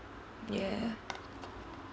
yeah